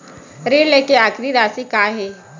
ऋण लेके आखिरी राशि का हे?